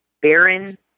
Baron